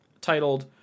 titled